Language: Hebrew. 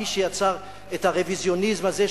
האיש שיצר את הרוויזיוניזם הזה,